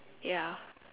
ya